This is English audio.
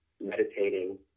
meditating